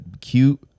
cute